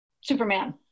Superman